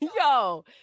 Yo